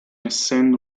essendo